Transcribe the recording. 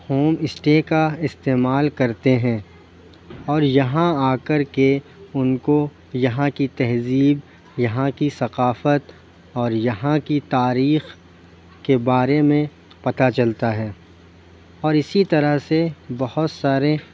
home stay کا استعمال کرتے ہیں اور یہاں آ کر کے اُن کو یہاں کی تہذیب یہاں کی ثقافت اور یہاں کی تاریخ کے بارے میں پتہ چلتا ہے اور اِسی طرح سے بہت سارے